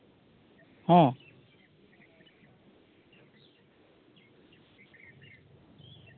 ᱦᱮᱸ